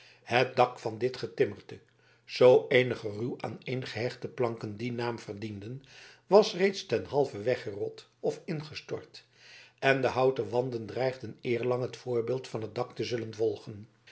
het dak van dit getimmerte zoo eenige ruw aaneengehechte planken dien naam verdienden was reeds ten halve weggerot of ingestort en de houten wanden dreigden eerlang het voorbeeld van het dak te zullen volgen